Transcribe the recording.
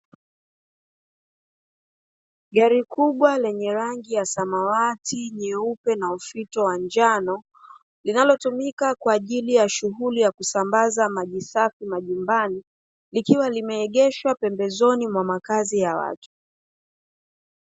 Gari kubwa lenye rangi ya samawati, nyeupe na ufito wa njano. Linalotumika kwa ajili ya shughuli ya kusambaza maji safi majumbani, likiwa limeegeshwa pembezoni mwa makazi ya watu.